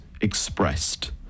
expressed